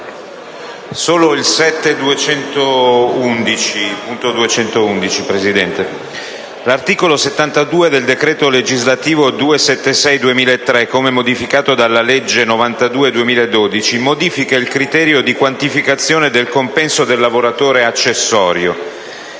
solo l'emendamento 7.211. L'articolo 72 del decreto legislativo n. 276 del 2003, come modificato dalla legge n. 92 del 2012, modifica il criterio di quantificazione del compenso del lavoratore accessorio.